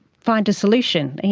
find a solution. and